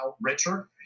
richer